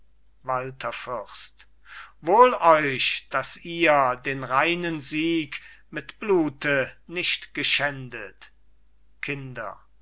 fürst wohl euch dass ihr den reinen sieg mit blute nicht geschändet kinder